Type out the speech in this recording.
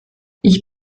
ich